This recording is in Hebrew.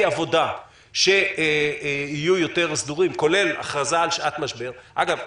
עבודה שיהיו יותר סדורים כולל הכרזה על שעת משבר אגב,